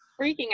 freaking